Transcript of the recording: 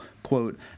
Quote